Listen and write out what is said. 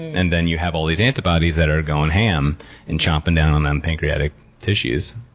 and then you have all these antibodies that are going ham and chomping down on them pancreatic tissues.